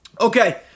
Okay